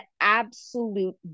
absolute